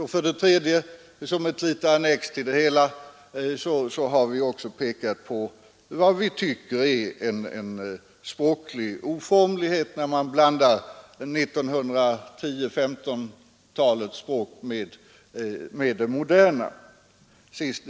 Och för det tredje — som ett litet annex till det hela — har vi pekat på vad vi tycker är en språklig oformlighet, nämligen att man blandar 1910-talets språk med modernt språk.